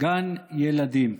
גן ילדים.